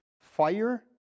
fire